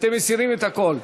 אתם מסירים את הכול.